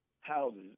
houses